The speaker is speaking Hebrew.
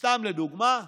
סתם לדוגמה,